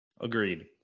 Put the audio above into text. Agreed